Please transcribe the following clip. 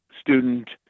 student